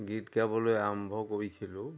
গীত গাবলৈ আৰম্ভ কৰিছিলোঁ